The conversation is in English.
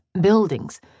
buildings